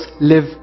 live